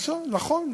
נכון.